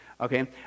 Okay